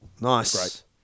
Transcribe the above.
Nice